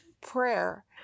prayer